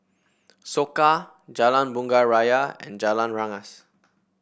Soka Jalan Bunga Raya and Jalan Rengas